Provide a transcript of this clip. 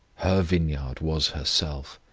her vineyard was herself,